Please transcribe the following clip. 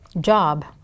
job